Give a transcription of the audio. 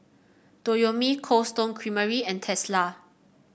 Toyomi Cold Stone Creamery and Tesla